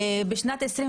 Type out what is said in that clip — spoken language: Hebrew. גם בשנת 21'